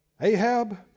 Ahab